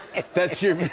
that's your